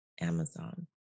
Amazon